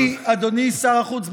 אדוני שר החוץ,